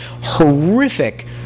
horrific